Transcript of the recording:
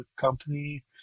company